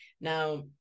Now